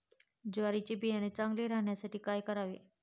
ज्वारीचे बियाणे चांगले राहण्यासाठी काय करावे?